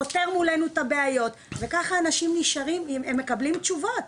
פותר מולנו את הבעיות וככה אנשים מקבלים תשובות.